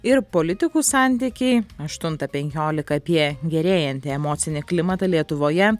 ir politikų santykiai aštuntą penkiolika apie gerėjantį emocinį klimatą lietuvoje